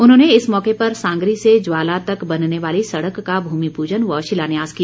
उन्होंने इस मौके पर सांगरी से ज्वाला तक बनने वाली सड़क का भूमि पूजन व शिलान्यास किया